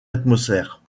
atmosphère